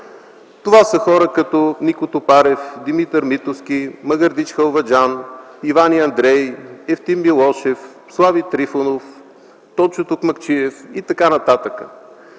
Това са хора като Нико Тупарев, Димитър Митовски, Магърдич Халваджиян, Иван и Андрей, Евтим Милошев, Слави Трифонов, Тончо Токмакчиев и така нататък.